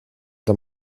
der